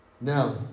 Now